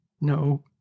No